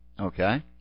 Okay